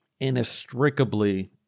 inextricably